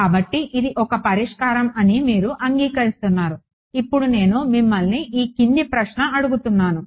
కాబట్టి ఇది ఒక పరిష్కారం అని మీరు అంగీకరిస్తున్నారు ఇప్పుడు నేను మిమ్మల్ని ఈ క్రింది ప్రశ్న అడుగుతాను